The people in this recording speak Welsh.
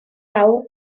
awr